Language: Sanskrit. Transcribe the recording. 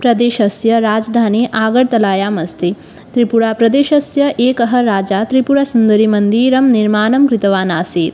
प्रदेशस्य राजधानि आगर्तलायाम् अस्ति त्रिपुरा प्रदेशस्य एकः राजा त्रिपुरसुन्दरीमन्दिरं निर्माणं कृतवान् आसीत्